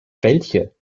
welche